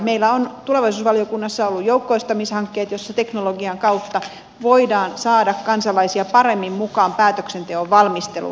meillä on tulevaisuusvaliokunnassa ollut joukkoistamishankkeita joissa teknologian kautta voidaan saada kansalaisia paremmin mukaan päätöksenteon valmisteluun